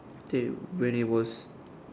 till when it was